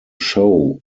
show